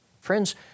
Friends